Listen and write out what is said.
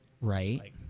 Right